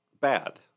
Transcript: bad